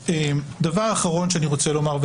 דבר אחרון שאני רוצה לומר,